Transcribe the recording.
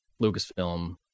Lucasfilm